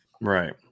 Right